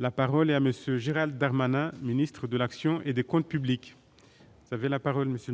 la parole est à M. le ministre de l'action et des comptes publics. Merci pour ces